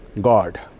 god